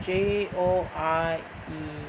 J O R E